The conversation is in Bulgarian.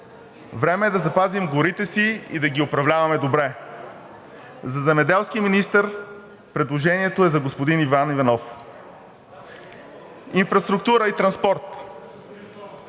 Време е да запазим горите си и да ги управляваме добре. За земеделски министър предложението е за господин Иван Иванов. Инфраструктура и транспорт.